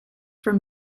from